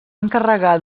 encarregar